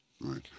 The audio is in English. right